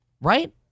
Right